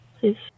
Please